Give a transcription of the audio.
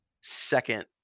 second